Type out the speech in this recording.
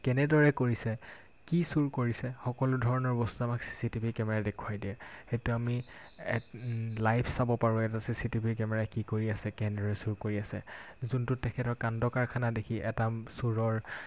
কেনেদৰে কৰিছে কি চোৰ কৰিছে সকলো ধৰণৰ বস্তু আমাক চি চি টিভি কেমেৰাই দেখুৱাই দিয়ে সেইটো আমি লাইভ চাব পাৰোঁ এটা চি চি টিভি কেমেৰাত কি কৰি আছে কেনেদৰে চুৰ কৰি আছে যোনটো তেখেতৰ কাণ্ড কাৰখানা দেখি এটা চোৰৰ